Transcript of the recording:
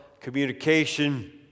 communication